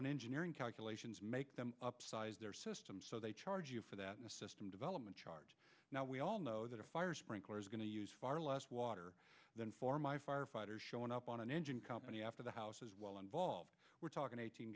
on engineering calculations make them upsize their system so they charge you for that in the system development charge now we all know that a fire sprinkler is going to use far less water than for my firefighters showing up on an engine company after the house is well involved we're talking